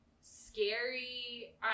scary